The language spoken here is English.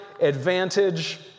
advantage